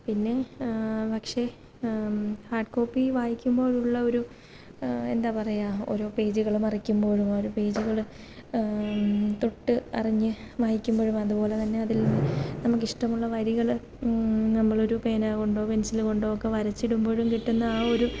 പിന്നെ പക്ഷേ hard copy വായിക്കുമ്പോൾ ഉള്ള ഒരു എന്താണ് പറയുക ഓരോ പേജുകൾ മറിക്കുമ്പോഴും ഒരു പേജുകൾ തൊട്ട് അറിഞ്ഞ് വായിക്കുമ്പോഴും അതുപോലെ തന്നെ അതിൽ നമുക്ക് ഇഷ്ടമുള്ള വരികൾ നമ്മളൊരു പേന കൊണ്ടോ പെൻസിൽ കൊണ്ടോ ഒക്കെ വരച്ചിടുമ്പോഴും കിട്ടുന്ന ആ ഒരു